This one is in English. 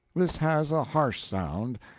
this has a harsh sound,